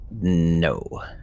No